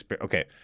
Okay